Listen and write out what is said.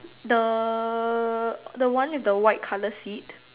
the the one with the white colour seat